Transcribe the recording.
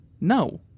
no